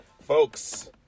Folks